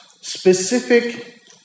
specific